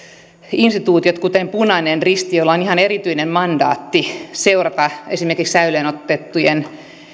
instituutiot kuten punainen risti jolla on ihan erityinen mandaatti seurata esimerkiksi säilöön otettujen